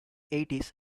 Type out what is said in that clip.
eighties